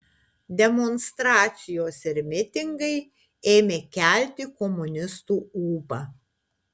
demonstracijos ir mitingai ėmė kelti komunistų ūpą